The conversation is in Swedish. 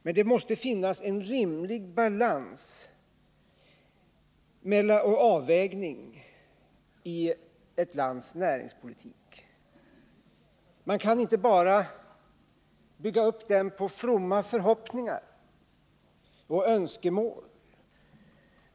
Men det måste finnas en rimlig balans och avvägning i ett lands näringspolitik. Man kan inte bara bygga upp den på fromma förhoppningar och önskemål.